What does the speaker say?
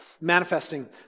manifesting